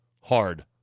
hard